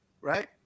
right